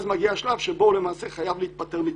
אז מגיע השלב שבו הוא למעשה חייב להתפטר מתפקידו.